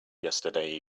yesterday